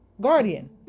guardian